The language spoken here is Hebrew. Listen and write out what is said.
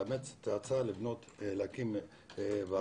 לאמץ את ההצעה להקים ועדות.